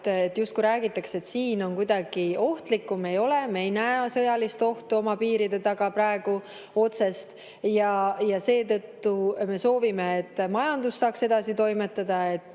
et räägitakse, et siin on kuidagi ohtlikum. Ei ole, me ei näe otsest sõjalist ohtu oma piiri taga praegu ja seetõttu me soovime, et majandus saaks edasi toimetada, et